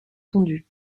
tondu